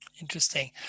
Interesting